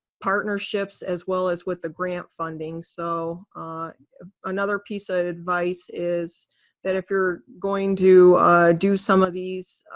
partnerships, as well as with the grant funding. so another piece of advice is that if you're going to do some of these